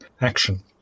action